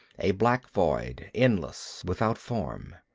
a black void, endless, without form.